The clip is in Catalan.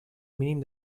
mínim